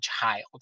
child